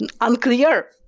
unclear